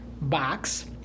box